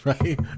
Right